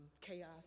chaos